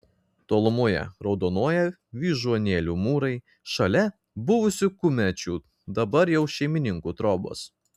tolumoje raudonuoja vyžuonėlių mūrai šalia buvusių kumečių dabar jau šeimininkų trobos